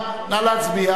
נא להצביע.